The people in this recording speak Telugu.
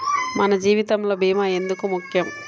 మన జీవితములో భీమా ఎందుకు ముఖ్యం?